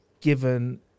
given